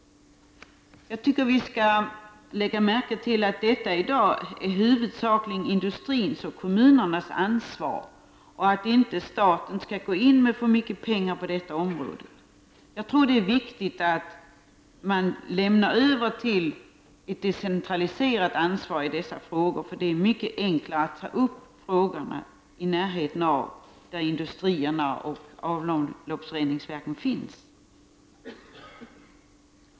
Jag tycker att vi skall lägga märke till att detta i dag huvudsakligen är industrins och kommunernas ansvar och att staten inte skall gå in med för mycket pengar på dessa områden. Jag tror att det är viktigt att man lämnar över till ett decentraliserat ansvar i dessa frågor, för det är mycket enklare att ta upp frågorna i närheten av industrierna och avloppsreningsverken.